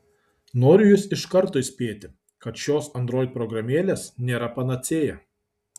noriu jus iš karto įspėti kad šios android programėlės nėra panacėja